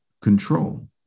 control